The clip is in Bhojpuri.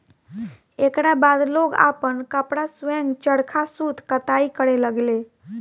एकरा बाद लोग आपन कपड़ा स्वयं चरखा सूत कताई करे लगले